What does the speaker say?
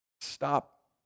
stop